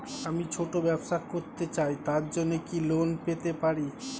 আমি ছোট ব্যবসা করতে চাই তার জন্য কি লোন পেতে পারি?